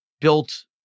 built